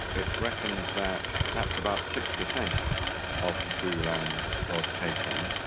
it's reckoned that perhaps about six percent of kikuyu land was taken,